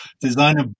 designer